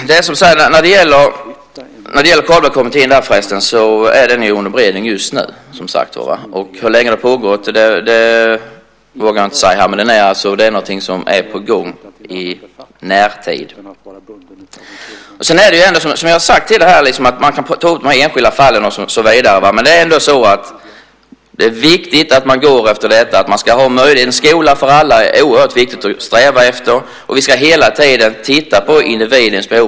Herr talman! När det gäller Carlbeckkommittén är den under beredning just nu. Hur länge det har pågått vågar jag inte säga här. Men det är någonting som är på gång i närtid. Man kan ta upp enskilda fall och så vidare. Men en skola för alla är oerhört viktigt att sträva efter. Vi ska hela tiden titta på individens behov.